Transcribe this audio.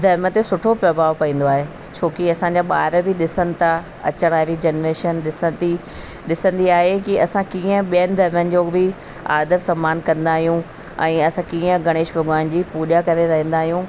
धर्म ते सुठो प्रभाव पवंदो आहे छो की असांजा ॿार बि ॾिसनि था अचण वारी जनरेशन ॾिसा थी ॾिसंदी आहे की असां कीअं ॿियनि धर्मनि जो बि आदरु समानु कंदा आहियूं ऐं असां कीअं गणेश भॻवान जी पूॼा करे रहंदा आहियूं